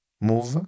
Move